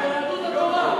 ביהדות התורה.